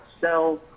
sell